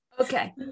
okay